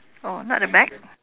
oh not at the back